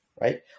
right